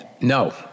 No